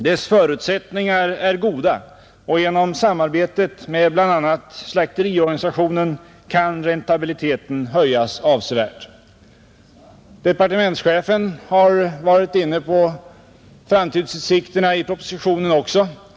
Dess förutsättningar är goda och genom samarbetet med bl.a. slakteriorganisationen kan räntabiliteten höjas avsevärt.” Departementschefen har i propositionen också varit inne på framtidsutsikterna.